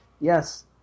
Yes